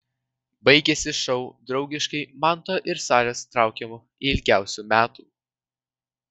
baigėsi šou draugiškai manto ir salės traukiamu ilgiausių metų